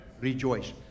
rejoice